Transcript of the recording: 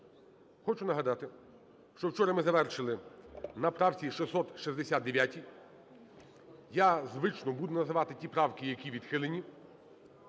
Хочу нагадати, що вчора ми завершили на правці 669. Я, звично, буду називати ті правки, які відхилені.